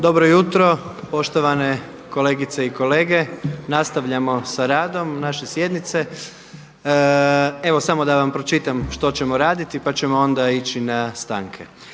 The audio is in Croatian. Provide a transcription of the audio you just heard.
Dobro jutro poštovane kolegice i kolege. Nastavljamo sa radom naše sjednice. Evo samo da vam pročitam što ćemo raditi pa ćemo onda ići na stanku.